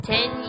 Ten